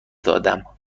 دادم